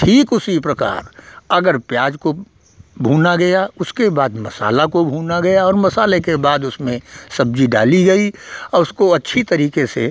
ठीक उसी प्रकार अगर प्याज को भुना गया उसके बाद मसाला को भुना गया और मसाले के बाद उसमें सब्ज़ी डाली गई और उसको अच्छे तरीके से